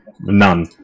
none